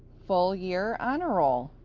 full year honor roll.